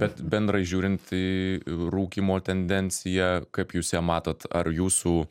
bet bendrai žiūrint į rūkymo tendenciją kaip jūs ją matot ar jūsų